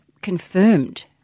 confirmed